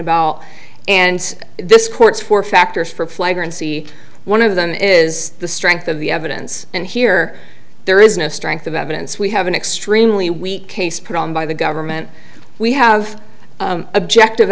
about and this court's four factors for flag and c one of them is the strength of the evidence and here there is no strength of evidence we have an extremely weak case put on by the government we have objective